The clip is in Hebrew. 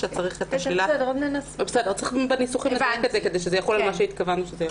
צריך בניסוחים לדייק את זה כדי שזה יחול על מה שהתכוונו שזה יחול.